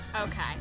okay